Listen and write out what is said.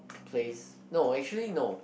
place no actually no